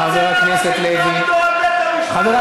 חבר הכנסת לוי, חבר הכנסת לוי.